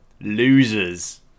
losers